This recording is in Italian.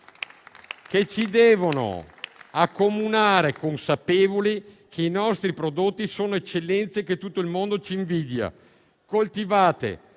che ci devono accomunare, consapevoli che i nostri prodotti sono eccellenze che tutto il mondo ci invidia; coltivate,